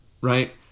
right